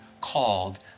called